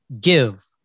give